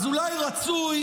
אז אולי רצוי,